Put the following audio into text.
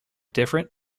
different